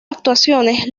actuaciones